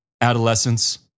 adolescence